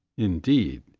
indeed,